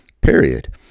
Period